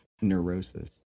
neurosis